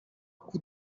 coup